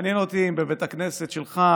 מעניין אותי אם בבית הכנסת שלך,